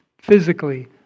physically